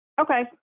Okay